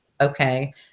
okay